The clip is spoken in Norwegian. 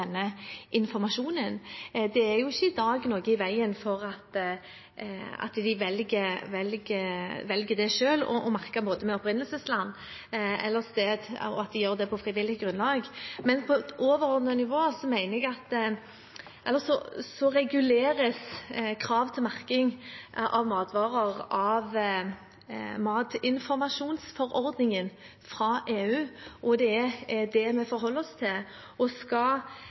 informasjonen. Men det er jo i dag ikke noe i veien for at de velger det selv og på frivillig grunnlag merker produktene med opprinnelsesland eller -sted. På et overordnet nivå reguleres krav til merking av matvarer av matinformasjonsforordningen fra EU, og det er det vi forholder oss til. Skal vi ha andre bestemmelser knyttet til merking av mat, er det Helse- og